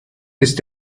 ist